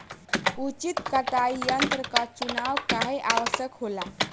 उचित कटाई यंत्र क चुनाव काहें आवश्यक होला?